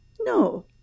no